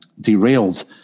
derailed